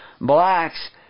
blacks